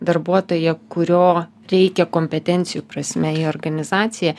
darbuotoją kurio reikia kompetencijų prasme į organizaciją